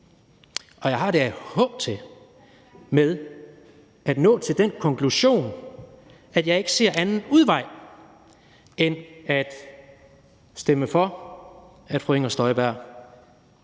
og jeg har det ad h til med at nå til den konklusion, at jeg ikke ser anden udvej end at stemme for, at fru Inger Støjberg